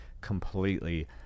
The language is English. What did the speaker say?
completely